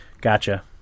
Gotcha